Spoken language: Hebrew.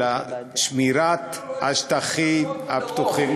אלא שמירת השטחים הפתוחים.